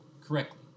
correctly